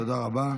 תודה רבה.